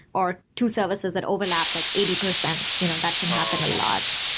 or two services that overlap like eighty percent you know that can happen a lot.